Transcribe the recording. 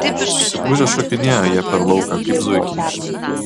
susigūžę šokinėjo jie per lauką kaip zuikiai